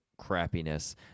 crappiness